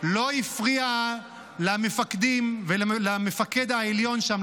-- ועדת החקירה לא הפריעה למפקדים ולמפקד העליון שם,